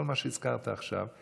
כל מה שהזכרת עכשיו.